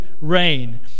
rain